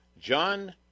John